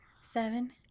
Seven